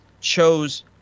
chose –